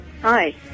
Hi